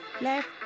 Left